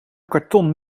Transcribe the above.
karton